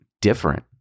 different